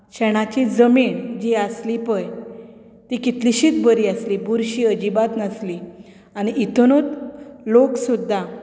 शेणाची जमीन जी आसली पळय ती आनी कितलीशीच बरी आसली बुरशी अजिबात नासली इतुनूच लोक सुद्दां